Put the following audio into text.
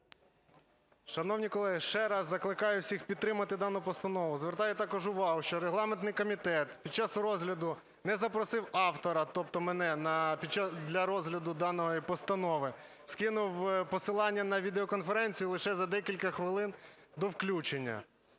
Шановні колеги, ще раз закликаю всіх підтримати дану постанову. Звертаю також увагу, що регламентний комітет під час розгляду не запросив автора, тобто мене для розгляду даної постанови, скинув посилання на відеоконференцію лише за декілька хвилин до включення.